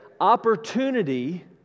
opportunity